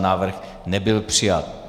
Návrh nebyl přijat.